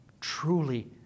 truly